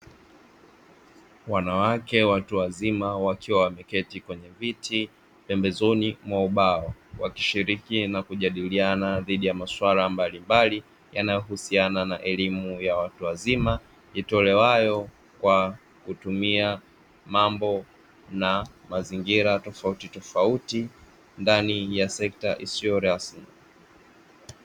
Wanawake watu wazima wakiwa wameketi kwenye viti pembezoni mwa ubao, wakishiriki na kujadiliana dhidi ya masuala mbalimbali yanayo husiana na elimu ya watu wazima itolewayo kwa kutumia mambo na mazingira tofautitofauti ndani ya sekta isiyo rasmi.